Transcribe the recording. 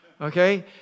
okay